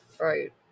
Right